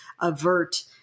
avert